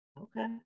okay